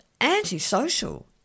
antisocial